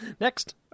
Next